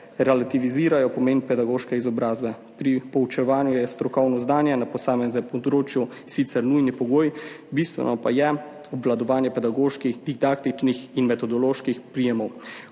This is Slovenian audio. relativizirajo pomen pedagoške izobrazbe. Pri poučevanju je strokovno znanje na posameznem področju sicer nujni pogoj, bistveno pa je obvladovanje pedagoških, didaktičnih in metodoloških prijemov.